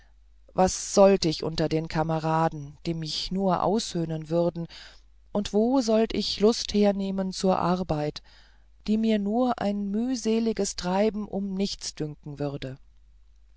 was sollt ich unter den kameraden die mich nur aushöhnen würden und wo sollt ich lust hernehmen zur arbeit die mir nur ein mühseliges treiben um nichts dünken würde